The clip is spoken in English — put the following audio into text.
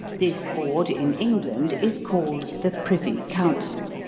this board, in england, is called the privy council.